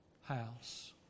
house